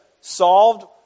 solved